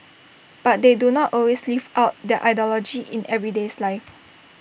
but they do not always live out that ideology in everyday lives